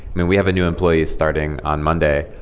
mean, we have a new employee starting on monday.